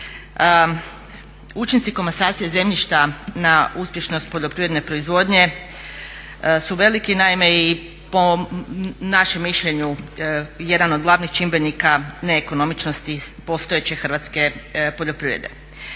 Učinci komasacije zemljišta na uspješnost poljoprivredne proizvodnje su veliki. Naime i po našem mišljenju jedan od glavnih čimbenika neekonomičnosti postojeće hrvatske poljoprivrede.